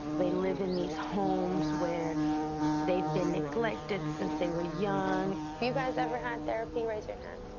they live in these homes where they've been neglected since they were young. if you guys ever had therapy, raise your hand.